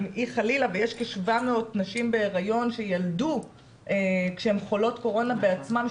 אם היא חלילה ויש כ-700 נשים בהריון שילדו כשהן חולות קורונה בעצמן,